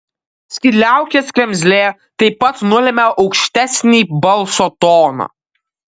skydliaukės kremzlė taip pat nulemia aukštesnį balso toną